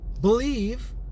believe